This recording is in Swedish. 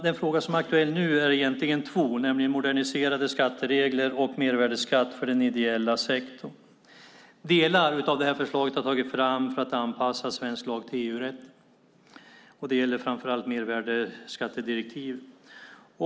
Den fråga som nu är aktuell handlar egentligen om två frågor, nämligen moderniserade skatteregler och mervärdesskatt för den ideella sektorn. Delar av det här förslaget har tagits fram för att anpassa svensk lag till EU-rätten. Det gäller framför allt mervärdesskattedirektivet.